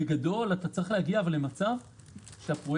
בגדול אתה צריך להגיע למצב שהפרויקט